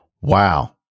wow